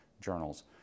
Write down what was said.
journals